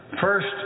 First